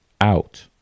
out